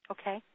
Okay